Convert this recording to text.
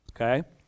Okay